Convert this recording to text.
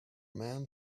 man